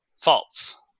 false